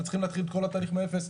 הם צריכים להתחיל את כל התהליך מאפס.